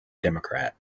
democrat